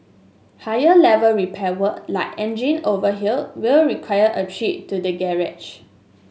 higher level repair work like engine overhaul will require a trip to the garage